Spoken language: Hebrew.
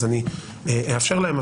אז אני אאפשר להם.